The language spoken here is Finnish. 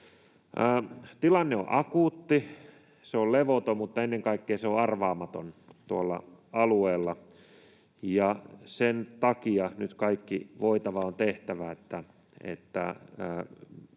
Tilanne on akuutti, se on levoton, mutta ennen kaikkea se on arvaamaton tuolla alueella, ja sen takia nyt kaikki voitava on tehtävä,